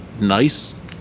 nice